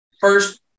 First